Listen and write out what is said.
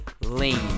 lean